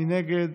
מי נגד?